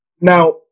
Now